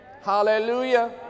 Hallelujah